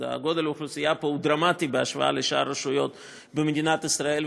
הרי גודל האוכלוסייה פה הוא דרמטי בהשוואה לשאר הרשויות במדינת ישראל,